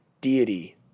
deity